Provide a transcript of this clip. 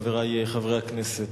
חברי חברי הכנסת,